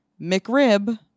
McRib